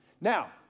Now